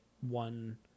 one